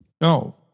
No